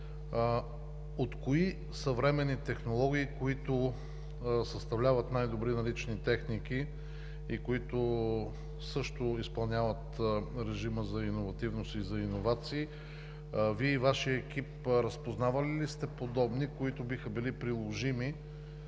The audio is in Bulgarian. от кои съвременни технологии, които съставляват най-добри налични техники, които също изпълняват режима за иновативност и иновации, Вие и Вашият екип разпознавали ли сте подобни, които биха били приложими